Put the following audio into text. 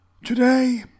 Today